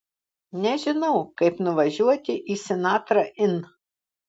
nežinau kaip nuvažiuoti į sinatra inn